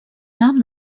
нам